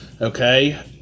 Okay